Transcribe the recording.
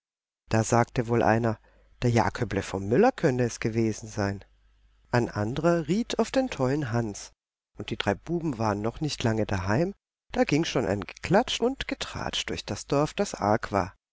da sagte wohl einer der jaköble vom müller könnte es gewesen sein ein anderer riet auf den tollen hans und die drei buben waren noch nicht lange daheim da ging schon ein geklatsch und getratsch durch das dorf das arg war